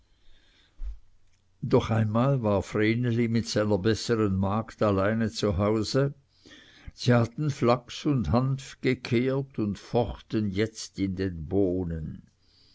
doch einmal war vreneli mit seiner bessern magd alleine zu hause sie hatten flachs und hanf gekehrt und fochten jetzt in den bohnen